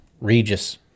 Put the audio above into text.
regis